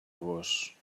gos